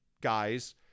guys